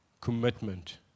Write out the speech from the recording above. commitment